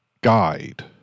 guide